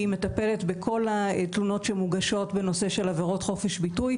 היא מטפלת בכל התלונות שמוגשות בנושא של עבירות חופש ביטוי,